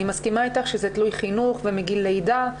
אני מסכימה איתך שזה תלוי חינוך ומגיל לידה,